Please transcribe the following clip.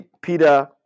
Peter